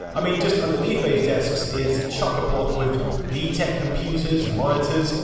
i mean, just underneath these desks is chock-a-block with vtech computers, monitors,